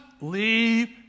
leave